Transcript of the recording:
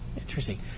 Interesting